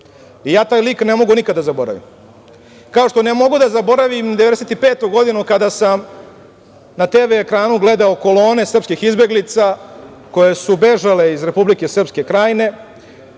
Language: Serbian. I ja taj lik ne mogu nikada da zaboravim. Takođe, ne mogu nikada da zaboravim 1995. godinu kada sam na TV ekranu gledao kolone srpskih izbeglica koje su bežale iz Republike Srpske Krajine,